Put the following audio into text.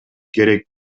керек